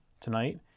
tonight